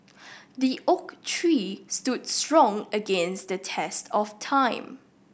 the oak tree stood strong against the test of time